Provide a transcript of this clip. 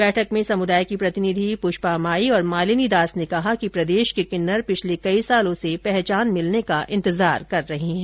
बैठक में समुदाय की प्रतिनिधि पुष्पा माई और मालिनी दास ने कहा कि प्रदेश के किन्नर पिछले कई वर्षो से पहचान मिलने का इंतजार कर रहे है